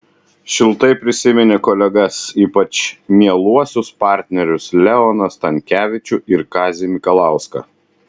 šiltai prisiminė kolegas ypač mieluosius partnerius leoną stankevičių ir kazį mikalauską